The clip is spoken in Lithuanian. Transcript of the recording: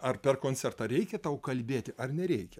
ar per koncertą reikia tau kalbėti ar nereikia